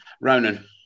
Ronan